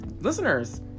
listeners